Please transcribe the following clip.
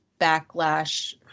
backlash